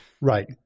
Right